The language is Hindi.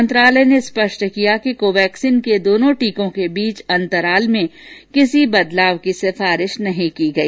मंत्रालय ने स्पष्ट किया कि कोवैक्सीन के दोनों टीकों के बीच अंतराल में किसी बदलाव की सिफारिश नहीं की गई